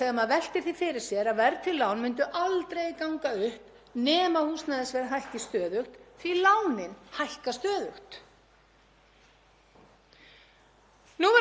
Núverandi seðlabankastjóra, Ásgeiri Jónssyni, er vel kunnugt um annmarka verðtryggðra lána og neikvæð áhrif þeirra á eitt helsta stýritæki Seðlabankans, vaxtahækkanir